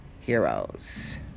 heroes